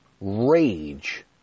rage